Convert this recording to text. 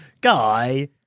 Guy